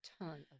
ton